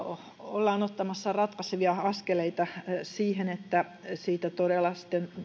ollaan ottamassa ratkaisevia askeleita siihen että siitä todella sitten